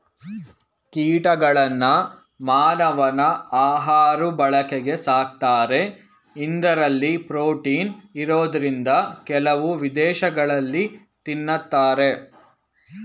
ಕೀಟಗಳನ್ನ ಮಾನವನ ಆಹಾಋ ಬಳಕೆಗೆ ಸಾಕ್ತಾರೆ ಇಂದರಲ್ಲಿ ಪ್ರೋಟೀನ್ ಇರೋದ್ರಿಂದ ಕೆಲವು ವಿದೇಶಗಳಲ್ಲಿ ತಿನ್ನತಾರೆ